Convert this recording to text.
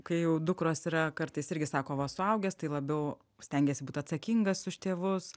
kai jau dukros yra kartais irgi sako va suaugęs tai labiau stengiasi būt atsakingas už tėvus